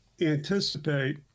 anticipate